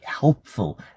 helpful